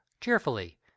cheerfully